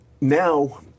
now